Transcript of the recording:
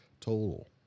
total